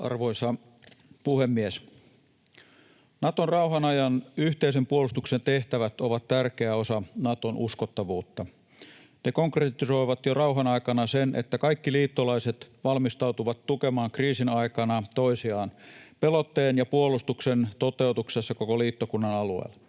Arvoisa puhemies! Naton rauhan ajan yhteisen puolustuksen tehtävät ovat tärkeä osa Naton uskottavuutta. Ne konkretisoivat jo rauhan aikana sen, että kaikki liittolaiset valmistautuvat tukemaan kriisin aikana toisiaan pelotteen ja puolustuksen toteutuksessa koko liittokunnan alueella.